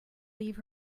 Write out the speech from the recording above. leave